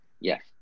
Yes